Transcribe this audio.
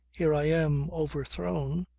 here i am, overthrown,